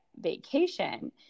vacation